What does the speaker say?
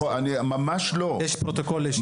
יש פרוטוקול לישיבה.